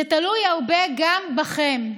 זה תלוי הרבה גם בכם.